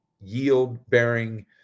yield-bearing